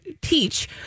teach